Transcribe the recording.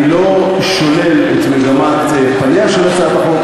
אני לא שולל את מגמת פניה של הצעת החוק.